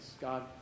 God